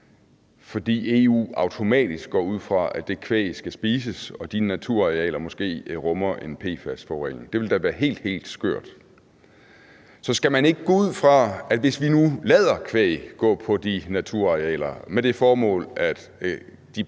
fordi EU automatisk går ud fra, at det kvæg skal spises, og at de naturarealer måske rummer en PFAS-forurening. Det ville da være helt, helt skørt. Så skal man ikke gå ud fra, at hvis vi nu lader kvæg gå på de naturarealer med det formål, at